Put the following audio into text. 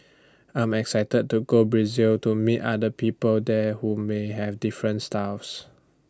I'm excited to go Brazil to meet other people there who may have different styles